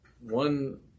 one